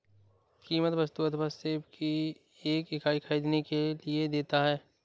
कीमत वस्तु अथवा सेवा की एक इकाई ख़रीदने के लिए देता है